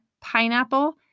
pineapple